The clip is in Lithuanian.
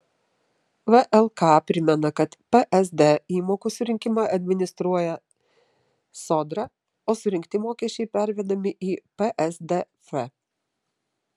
vlk primena kad psd įmokų surinkimą administruoja sodra o surinkti mokesčiai pervedami į psdf